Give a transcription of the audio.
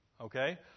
okay